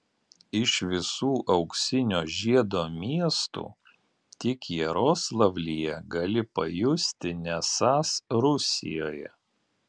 iš visų auksinio žiedo miestų tik jaroslavlyje gali pajusti nesąs rusijoje